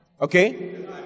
Okay